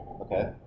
Okay